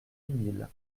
mille